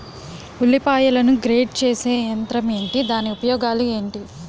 ఉల్లిపాయలను గ్రేడ్ చేసే యంత్రం ఏంటి? దాని ఉపయోగాలు ఏంటి?